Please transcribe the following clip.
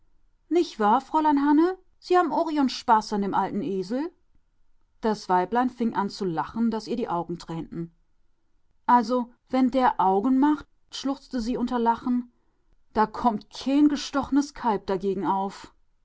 nich wahr fräulein hanne sie haben ooch ihren spaß an dem alten esel das weiblein fing an zu lachen daß ihr die augen tränten also wenn der augen macht schluchzte sie unter lachen da kommt keen gestoch'nes kalb dagegen auf